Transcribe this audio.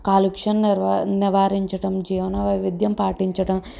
కాలుష్యాన్ని నిర్వ నివారించడం జీవన వైవిధ్యం పాటించడం